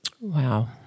Wow